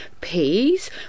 Peas